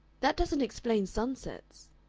that doesn't explain sunsets.